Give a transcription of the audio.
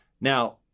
Now